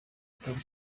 gutanga